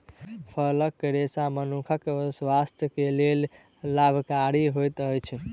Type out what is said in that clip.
फलक रेशा मनुखक स्वास्थ्य के लेल लाभकारी होइत अछि